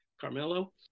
Carmelo